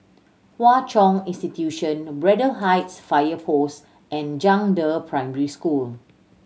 Hwa Chong Institution Braddell Heights Fire Post and Zhangde Primary School